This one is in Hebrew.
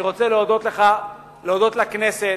אני רוצה להודות לך, להודות לכנסת,